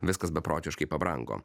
viskas beprotiškai pabrango